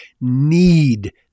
need